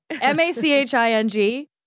M-A-C-H-I-N-G